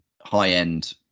high-end